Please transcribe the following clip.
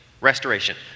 Restoration